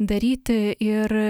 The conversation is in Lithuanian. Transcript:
daryti ir